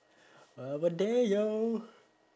one more day yo